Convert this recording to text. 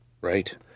Right